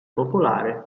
popolare